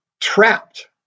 trapped